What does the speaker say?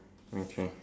okay